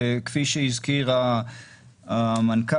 וכבר שהזכיר המנכ"ל,